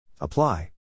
Apply